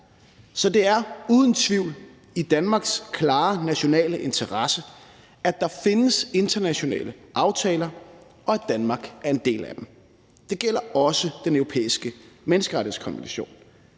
Så det er uden tvivl i Danmarks klare nationale interesse, at der findes internationale aftaler, og at Danmark er en del af dem. Det gælder også Den Europæiske Menneskerettighedskonvention.